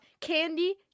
candy